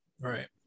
Right